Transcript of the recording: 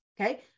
okay